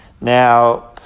Now